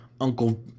Uncle